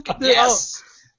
Yes